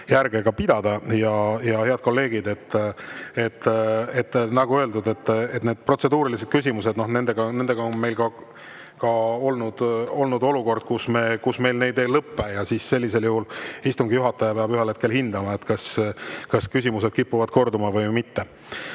Head kolleegid! Nagu öeldud, protseduuriliste küsimustega on ka olnud olukord, kus meil need ei lõpe, ja sellisel juhul istungi juhataja peab ühel hetkel hindama, kas küsimused kipuvad korduma või mitte.